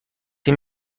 این